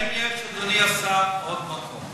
האם יש, אדוני השר, עוד מקום?